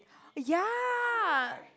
ya